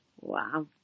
Wow